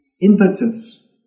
impetus